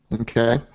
Okay